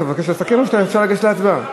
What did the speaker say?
אתה מבקש לסכם או שאפשר לגשת להצבעה?